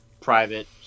private